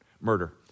murder